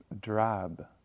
drab